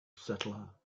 settler